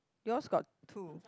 yours got two